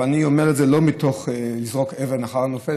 ואני אומר את זה לא מתוך לזרוק אבן אחר הנופל,